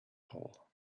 hole